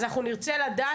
אז אנחנו נרצה לדעת.